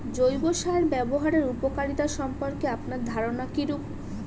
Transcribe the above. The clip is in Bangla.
জৈব সার ব্যাবহারের উপকারিতা সম্পর্কে আপনার ধারনা কীরূপ?